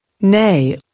nay